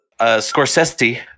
Scorsese